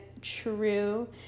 true